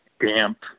damp